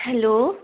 hello